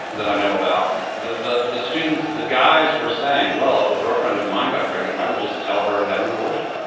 that i know about. the the students, the guys were saying, well, if a girlfriend of mine got pregnant, i would just tell her to have an abortion.